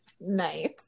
Nice